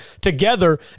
together